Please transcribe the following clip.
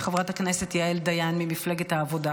חברת הכנסת יעל דיין ממפלגת העבודה,